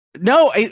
No